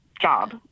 job